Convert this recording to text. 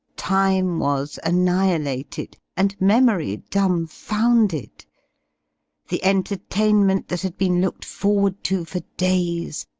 time was annihilated, and memory dumbfounded the entertainment that had been looked forward to for days,